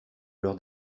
leur